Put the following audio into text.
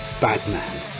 Batman